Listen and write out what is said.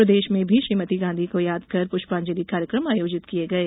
प्रदेश में भी श्रीमती गांधी को याद कर पुष्पांजलि कार्यक्रम आयोजित किये गये